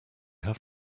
have